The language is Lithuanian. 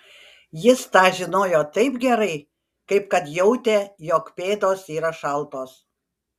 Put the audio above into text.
jis tą žinojo taip gerai kaip kad jautė jog pėdos yra šaltos